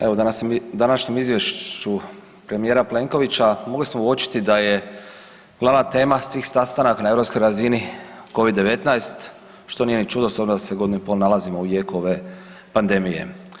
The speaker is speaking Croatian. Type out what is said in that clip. Evo u današnjem izvješću premijera Plenkovića mogli smo uočiti da je glavna tema svih sastanaka na europskoj razini covid 19 što nije ni čudo s obzirom da se godinu i pol nalazimo u jeku ove pandemije.